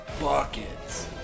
buckets